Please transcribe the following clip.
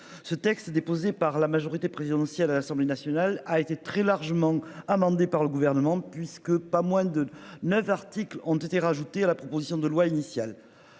Ce texte déposé par la majorité présidentielle à l'Assemblée nationale a été très largement amendé par le gouvernement puisque pas moins de 9 articles ont été rajoutés à la proposition de loi initial.